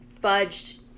fudged